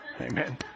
Amen